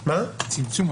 --- צמצום.